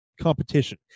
competition